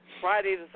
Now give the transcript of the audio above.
Friday